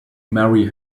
marry